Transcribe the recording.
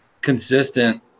consistent